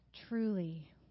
truly